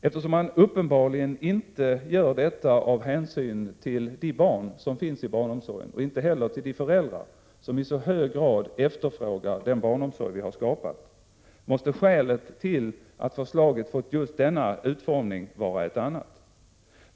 Eftersom man uppenbarligen inte gör detta av hänsyn till de barn som har plats i barnomsorgen, och inte heller av hänsyn till de föräldrar som i så hög grad efterfrågar den barnomsorg vi har skapat, måste skälet till att förslaget fått denna utformning vara ett annat.